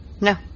No